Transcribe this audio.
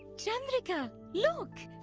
chandrika, look!